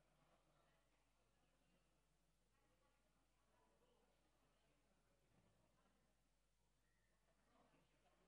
אני נותן לך דקה לשתות לפני נאום